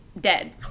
dead